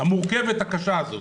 המורכבת והקשה הזאת.